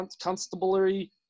Constabulary